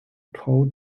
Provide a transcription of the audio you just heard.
cole